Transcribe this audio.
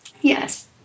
Yes